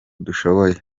dushoboye